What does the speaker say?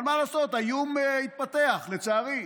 אבל מה לעשות, האיום התפתח, לצערי.